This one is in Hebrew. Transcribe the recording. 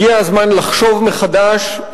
הגיע הזמן לחשוב מחדש,